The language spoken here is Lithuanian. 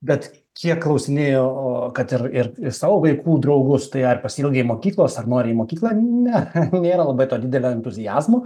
bet kiek klausinėjau o kad ir ir savo vaikų draugus tai ar pasiilgai mokyklos ar nori į mokyklą ne nėra labai to didelio entuziazmo